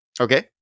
Okay